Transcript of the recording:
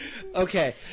Okay